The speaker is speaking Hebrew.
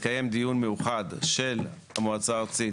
יתקיים דיון מאוחד של המועצה הארצית